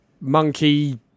monkey